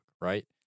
right